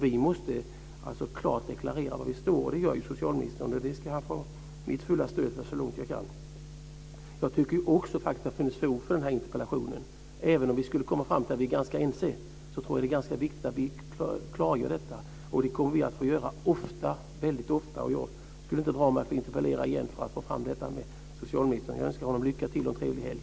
Vi måste klart deklarera var vi står. Det gör socialministern, och det ska han få mitt fulla stöd för så långt jag kan. Jag tycker faktiskt också att det finns fog för den här interpellationen. Även om vi skulle komma fram till att vi är ganska ense tror jag att det är viktigt att vi klargör detta. Det kommer vi att få göra ofta. Jag skulle inte dra mig för att interpellera igen för att få fram detta med socialministern. Jag önskar honom lycka till och en trevlig helg.